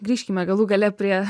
grįžkime galų gale prie